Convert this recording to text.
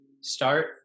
start